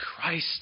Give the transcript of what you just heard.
Christ